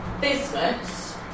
business